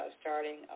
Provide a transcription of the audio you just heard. starting